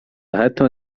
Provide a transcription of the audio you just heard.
حتی